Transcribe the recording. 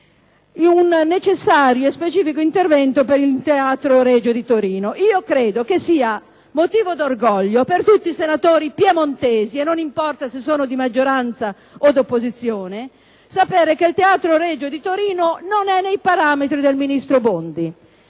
un necessario e specifico intervento per il Teatro Regio di Torino. Io credo che sia motivo d'orgoglio per tutti i senatori piemontesi, non importa se di maggioranza o di opposizione, sapere che il Teatro Regio di Torino non è nei parametri del ministro Bondi.